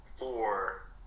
Four